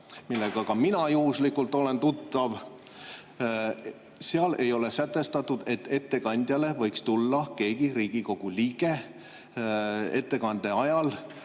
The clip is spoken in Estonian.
millega ka mina juhuslikult olen tuttav. Seal ei ole sätestatud, et ettekandjale võiks tulla mõni Riigikogu liige ettekande